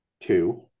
two